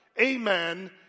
amen